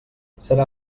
serà